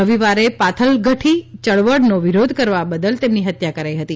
રવિવારે પાથલગઠી યળવળનો વિરોધ કરવા બદલ તેમની હત્યા કરાઈ છે